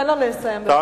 תן לו לסיים בבקשה.